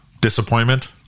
disappointment